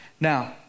now